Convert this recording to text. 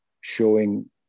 showing